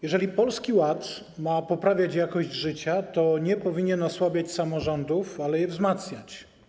Jeżeli Polski Ład ma poprawić jakość życia, to nie powinien osłabiać samorządów, ale powinien je wzmacniać.